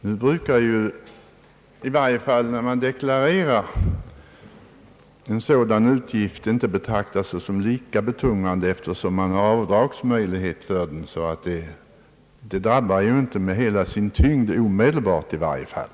Nu brukar — i varje fall när man deklarerar — en sådan utgift inte betraktas såsom lika betungande, eftersom man har avdragsmöjlighet för den. Den drabbar alltså inte omedelbart med hela sin tyngd.